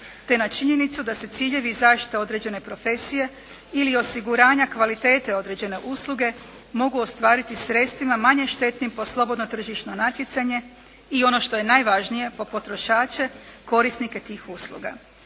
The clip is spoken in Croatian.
te na činjenicu da se ciljevi i zaštita određene profesije ili osiguranja kvalitete određene usluge mogu ostvariti sredstvima manje štetnim po slobodno tržišno natjecanje i ono što je najvažnije po potrošače, korisnike tih usluga.